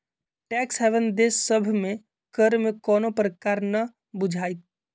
tax haven देश सभ में कर में कोनो प्रकारे न बुझाइत